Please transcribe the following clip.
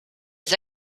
les